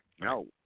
no